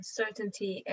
certainty